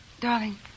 Darling